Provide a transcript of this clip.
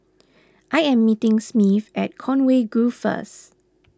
I am meeting Smith at Conway Grove first